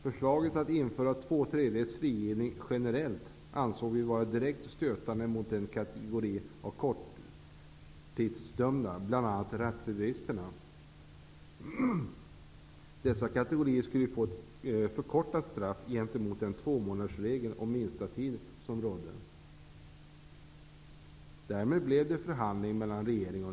Förslaget att införa tvåtredjedels frigivning generellt ansåg vi vara direkt stötande i fråga om kategorin korttidsdömda, bl.a. rattfyllerister. Dessa skulle få ett förkortat straff gentemot den tvåmånadersregel om minsta tiden som gäller.